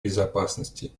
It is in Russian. безопасности